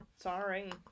sorry